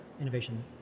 innovation